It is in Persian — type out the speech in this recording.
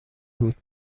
بود